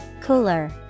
Cooler